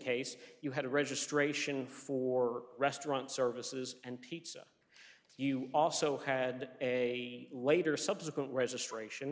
case you had a registration for restaurant services and pizza you also had a later subsequent reza strafe